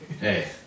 Hey